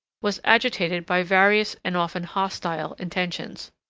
was agitated by various and often hostile intentions.